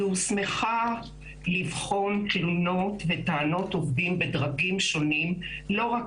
היא הוסמכה לבחון תלונות וטענות עובדים בדרגים שונים - לא רק